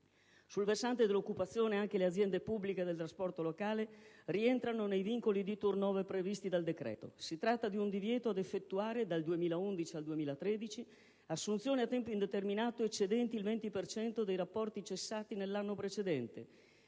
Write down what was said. Sul versante dell'occupazione anche le aziende pubbliche del trasporto locale rientrano nei vincoli di *turnover* previsti dal decreto. Si tratta del divieto di effettuare, dal 2011 al 2013, assunzioni a tempo indeterminato eccedenti il 20 per cento dei rapporti cessati nell'anno precedente,